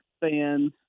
fans